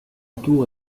tour